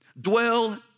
dwell